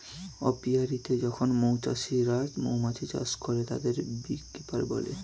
অপিয়া রীতে যখন মৌ চাষিরা মৌমাছি চাষ করে, তাদের বী কিপার বলে